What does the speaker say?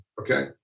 okay